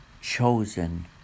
chosen